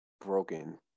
broken